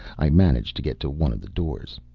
i managed to get to one of the doors.